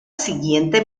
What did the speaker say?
siguiente